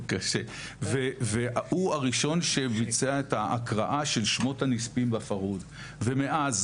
והוא הראשון שביצע את ההקראה של שמות הנספים בפרהוד ומאז,